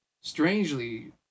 Strangely